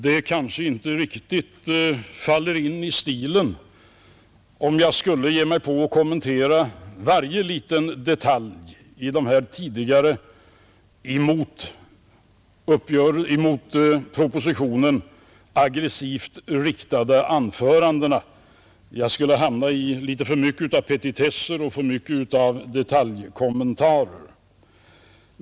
Det kanske inte riktigt faller in i stilen om jag ger mig på att kommentera varje liten detalj i de tidigare, mot propositionen aggressiva anförandena — jag skulle hamna i litet för mycket av petitesser och detaljkommentarer.